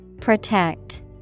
Protect